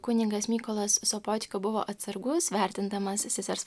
kunigas mykolas sopočka buvo atsargus vertindamas sesers